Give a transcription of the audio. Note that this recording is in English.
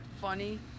funny